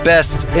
best